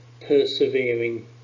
persevering